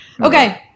okay